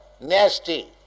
nasty